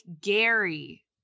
Gary